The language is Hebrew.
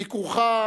ביקורך,